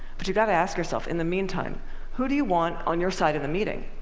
but you've got to ask yourself in the meantime who do you want on your side of the meeting,